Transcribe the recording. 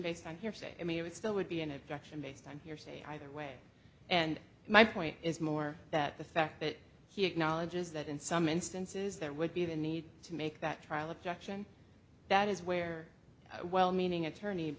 based on hearsay i mean it would still would be an objection based on hearsay either way and my point is more that the fact that he acknowledges that in some instances there would be the need to make that trial objection that is where well meaning attorney